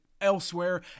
elsewhere